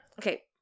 okay